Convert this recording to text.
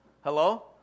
Hello